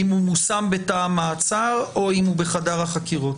אם הוא מושם בתא המעצר או אם הוא בחדר החקירות.